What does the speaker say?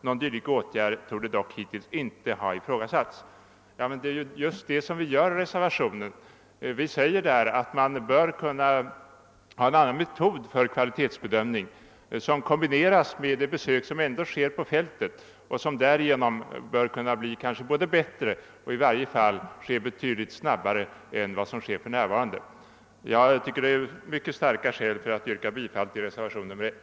Någon dylik åtgärd torde dock hittills inte ha ifrågasatts.» Men det är ju just det vi gör i reservationen. Vi säger att man bör ha en annan metod för kvalitetsbedömningen, där denna kombineras med de besök som ändå sker ute på fältet. Därigenom bör bedömningen både kunna bli bättre och framför allt ske betydligt snab bare än för närvarande. Jag tycker att det finns mycket starka skäl för att bifalla reservationen 1.